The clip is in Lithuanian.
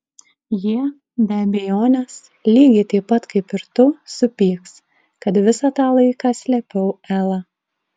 jie be abejonės lygiai taip pat kaip ir tu supyks kad visą tą laiką slėpiau elą